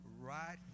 right